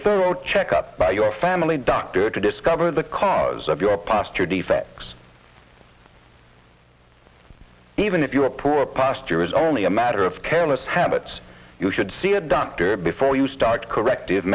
thorough check up by your family doctor to discover the cause of your postured effects even if you're poor posture is only a matter of careless habits you should see a doctor before you start corrective